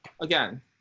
Again